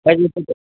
कै दिन चलतै